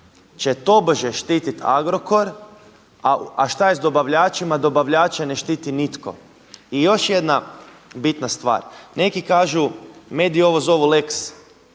će tobože štiti Agrokor, a šta je s dobavljačima? Dobavljače ne štiti nitko. I još jedna bitna stvar, neki kažu mediji ovo zovu Lex